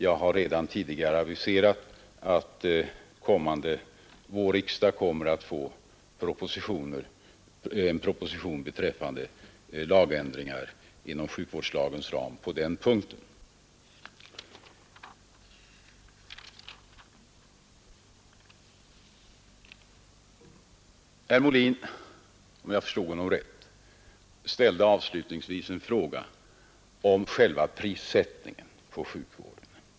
Jag har redan tidigare aviserat att riksdagen nästa är får en proposition med förslag till ändringar i sjukvårdslagen på denna punkt. Herr Molin ställde, om jag förstod honom rätt, avslutningsvis en fräga om prissättningen på siukvarden.